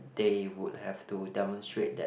they would have to demonstrate that